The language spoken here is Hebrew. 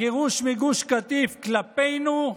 הגירוש מגוש קטיף כלפינו,